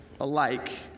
alike